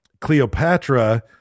Cleopatra